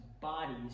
bodies